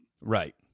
Right